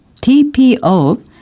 TPO